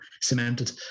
cemented